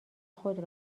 خود